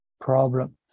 problem